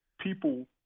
people